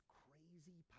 crazy